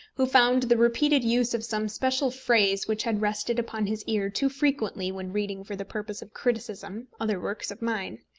who found the repeated use of some special phrase which had rested upon his ear too frequently when reading for the purpose of criticism other works of mine.